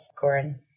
Corin